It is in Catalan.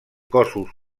cossos